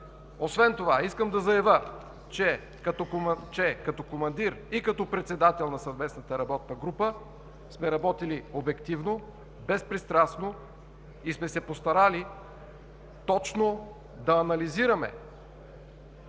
Освен това искам да заявя като командир и като председател на съвместната работна група, че сме работили обективно, безпристрастно и сме се постарали точно да анализираме